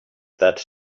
that